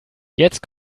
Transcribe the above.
jetzt